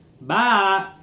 Bye